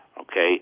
Okay